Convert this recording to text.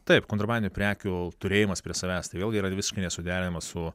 taip kontrabandinių prekių turėjimas prie savęs tai vėlgi yra visiškai nesuderinama su